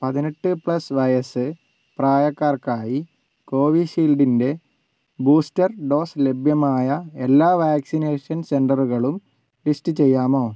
പതിനെട്ട് പ്ലസ് വയസ്സ് പ്രായക്കാർക്കായി കോവിഷീൽഡിൻ്റെ ബൂസ്റ്റർ ഡോസ് ലഭ്യമായ എല്ലാ വാക്സിനേഷൻ സെൻ്ററുകളും ലിസ്റ്റ് ചെയ്യാമോ